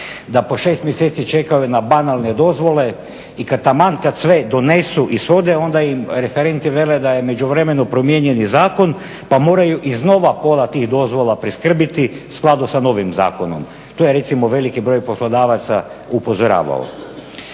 da po 6 mjeseci čekaju na banalne dozvole i taman kad sve donesu, ishode, onda im referenti vele da je u međuvremenu promijenjen i zakon pa moraju iznova pola tih dozvola priskrbiti u skladu sa novim zakonom. To je recimo veliki broj poslodavaca upozoravao.